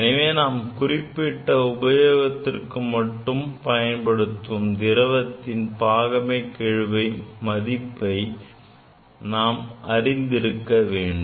எனவே நாம் குறிப்பிட்ட உபயோகத்திற்கு பயன்படுத்தும் திரவத்தின் பாகமைகெழு மதிப்பை நாம் அறிந்திருக்க வேண்டும்